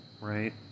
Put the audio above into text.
right